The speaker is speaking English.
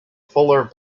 fuller